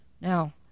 Now